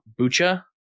Bucha